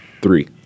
three